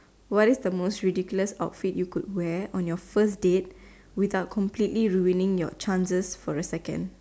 what is the most ridiculous outfit you could wear on your first date without completely ruining your chances for the second